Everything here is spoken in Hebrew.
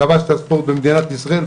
כבש את הספורט במדינת ישראל,